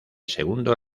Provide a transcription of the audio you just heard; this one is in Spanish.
segundo